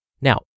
Now